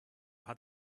hat